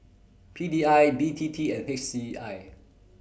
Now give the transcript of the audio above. P D I B T T and H C I